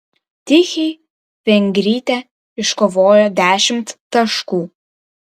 tichei vengrytė iškovojo dešimt taškų